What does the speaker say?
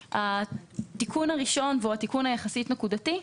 הסעיף: התיקון הראשון, והוא תיקון נקודתי יחסית,